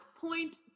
Point